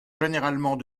généralement